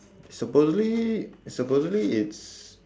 supposedly supposedly it's